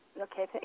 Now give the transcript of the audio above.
Okay